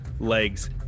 legs